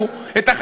מה אני אגיד להם?